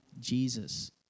Jesus